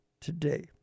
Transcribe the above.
today